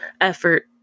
effort